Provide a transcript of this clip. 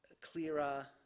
clearer